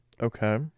Okay